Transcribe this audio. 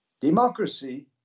Democracy